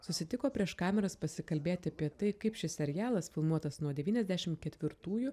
susitiko prieš kameras pasikalbėti apie tai kaip šis serialas filmuotas nuo devyniasdešim ketvirtųjų